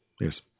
Yes